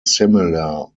similar